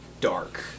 dark